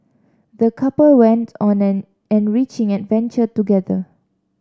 the couple went on an enriching adventure together